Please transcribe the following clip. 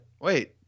wait